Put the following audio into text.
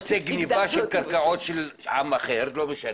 גניבה של קרקעות של עם אחר, לא משנה.